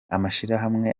amashirahamwe